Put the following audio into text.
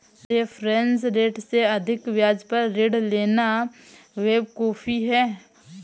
reference rate से अधिक ब्याज पर ऋण लेना बेवकूफी है